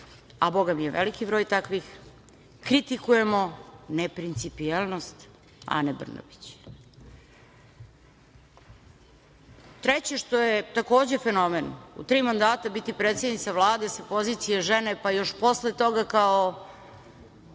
a bogami je veliki broj takvih, kritikujemo neprincipijelnost Ane Brnabić. Treće što je, takođe, fenomen – u tri mandata biti predsednica Vlada sa pozicije žene, pa još posle toga kao